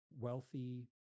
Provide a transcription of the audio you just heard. wealthy